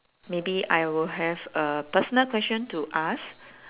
maybe I will have a personal question to ask